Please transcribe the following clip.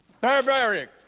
barbaric